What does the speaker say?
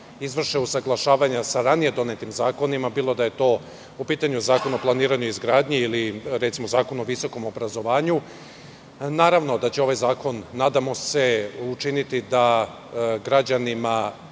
izvrše usaglašavanja sa ranije donetim zakonima, bilo da je u pitanju Zakon o planiranju i izgradnji ili Zakon o visokom obrazovanju. Naravno da će ovaj zakon, nadamo se, učiniti da građanima